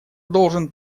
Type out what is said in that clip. должен